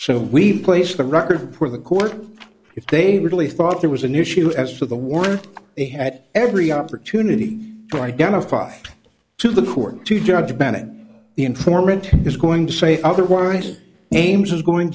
so we place the record before the court if they really thought there was an issue as to the war they had every opportunity to identify to the court to judge bennett the informant is going to say otherwise ames is going